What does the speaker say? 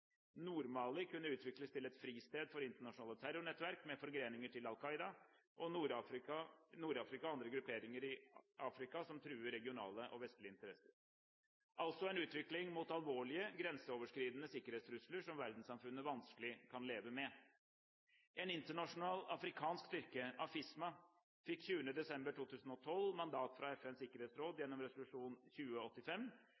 Nord-Mali kunne utvikles til et fristed for internasjonale terrornettverk med forgreininger til Al Qaida, Nord-Afrika, og andre grupperinger i Afrika som truer regionale og vestlige interesser – altså en utvikling mot alvorlige grenseoverskridende sikkerhetstrusler som verdenssamfunnet vanskelig kan leve med. En internasjonal afrikansk styrke, AFISMA, fikk 20. desember 2012 mandat fra FNs sikkerhetsråd,